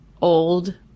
old